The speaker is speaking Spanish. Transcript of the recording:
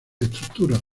estructuras